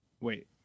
wait